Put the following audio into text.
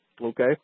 okay